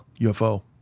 ufo